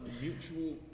mutual